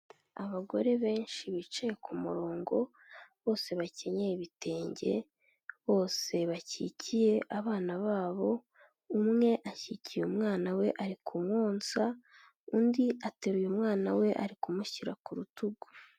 Abagore benshi bicaye ku murongo, bose bakenyeye ibitenge, bose bakikiye abana babo, umwe akikiye umwana we ari kumwonsa, undi ateruye umwana we ari kumushyira ku rutugu.